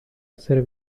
hacer